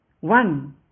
One